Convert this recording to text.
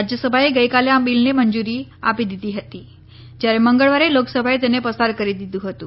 રાજ્યસભાએ ગઈકાલે આ બિલને મંજૂરી આપી દીધી હતી જ્યારે મંગળવારે લોકસભાએ તેને પસાર કરી દીધું હતું